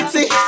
See